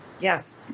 Yes